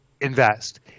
invest